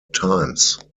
times